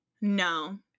No